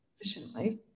efficiently